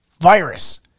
virus